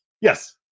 Yes